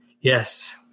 Yes